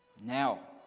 Now